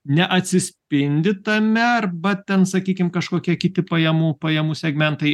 neatsispindi tame arba ten sakykim kažkokie kiti pajamų pajamų segmentai